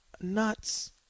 nuts